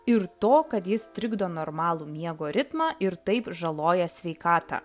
ir to kad jis trikdo normalų miego ritmą ir taip žaloja sveikatą